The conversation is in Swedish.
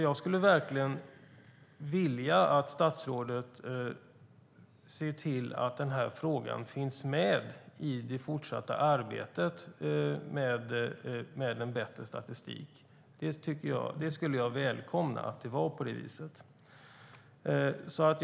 Jag skulle verkligen vilja att statsrådet ser till att frågan finns med i det fortsatta arbetet med en bättre statistik. Jag skulle välkomna om det vore på det viset.